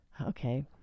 okay